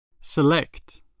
Select